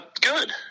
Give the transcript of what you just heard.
good